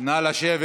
נא לשבת.